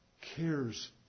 cares